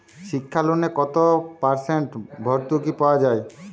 শিক্ষা লোনে কত পার্সেন্ট ভূর্তুকি পাওয়া য়ায়?